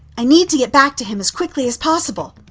i need to get back to him as quickly as possible.